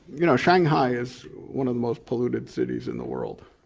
you know shanghai is one of the most polluted cities in the world.